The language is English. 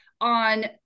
on